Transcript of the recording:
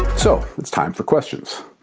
so it's time for questions.